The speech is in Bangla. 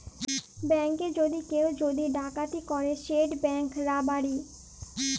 ব্যাংকে যদি কেউ যদি ডাকাতি ক্যরে সেট ব্যাংক রাবারি